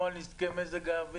זה בערך כמו על נזקי מזג האוויר.